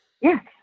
Yes